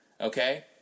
Okay